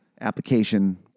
application